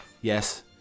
yes